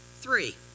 Three